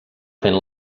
fent